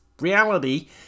reality